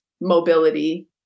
mobility